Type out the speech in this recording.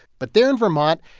but there in vermont,